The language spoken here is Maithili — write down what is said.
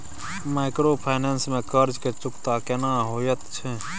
माइक्रोफाइनेंस में कर्ज के चुकता केना होयत छै?